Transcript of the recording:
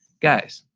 guys,